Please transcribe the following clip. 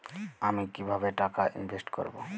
আমি কিভাবে টাকা ইনভেস্ট করব?